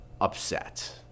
upset